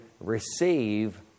receive